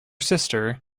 sister